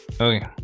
Okay